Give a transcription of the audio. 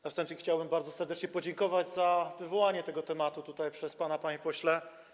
Na wstępie chciałbym bardzo serdecznie podziękować za wywołanie tego tematu tutaj przez pana, panie pośle.